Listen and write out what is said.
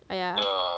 !aiya!